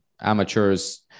amateurs